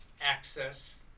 access